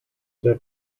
der